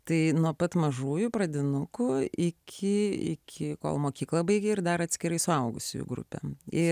tai nuo pat mažųjų pradinukų iki iki kol mokykla baigė ir dar atskirai suaugusiųjų grupę į